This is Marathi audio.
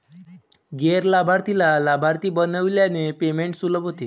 गैर लाभार्थीला लाभार्थी बनविल्याने पेमेंट सुलभ होते